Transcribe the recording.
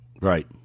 Right